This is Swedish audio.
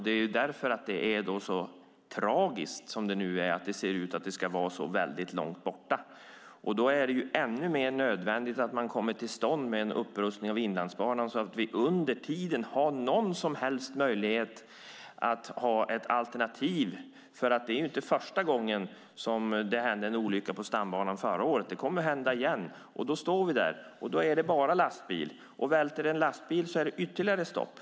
Det är därför som det är så tragiskt att det nu ser ut att vara så väldigt långt borta. Det är då ännu mer nödvändigt att man får till stånd en upprustning av Inlandsbanan så att vi under tiden har någon som helst möjlighet att ha ett alternativ. Det är inte första gången, som förra året, som det händer en olycka på stambanan. Det kommer att hända igen. Då står vi där. Välter sedan en lastbil är det ytterligare stopp.